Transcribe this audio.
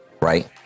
right